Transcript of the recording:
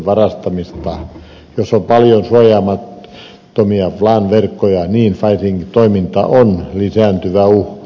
jos on paljon suojaamattomia wlan verkkoja phishing toiminta on lisääntyvä uhka